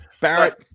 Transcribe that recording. Barrett